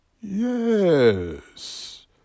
yes